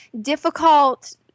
difficult